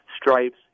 stripes